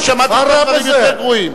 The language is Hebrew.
שמעתי דברים יותר גרועים,